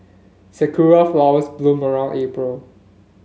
sakura flowers bloom around April